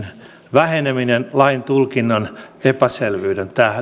väheneminen laintulkinnan epäselvyyden